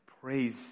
Praise